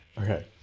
Okay